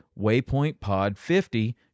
waypointpod50